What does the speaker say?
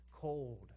cold